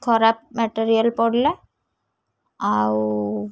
ଖରାପ ମେଟେରିଆଲ୍ ପଡ଼ିଲା ଆଉ